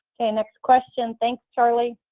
okay, next question. thanks charlie.